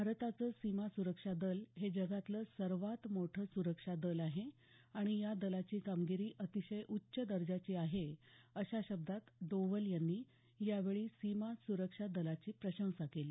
भारताचं सीमा सुरक्षा दल हे जगातलं सर्वात मोठं सुरक्षा दल आहे आणि या दलाची कामगिरी अतिशय उच्च दर्जाची आहे अशा शब्दात डोवल यांनी यावेळी सीमा सुरक्षा दलाची प्रशंसा केली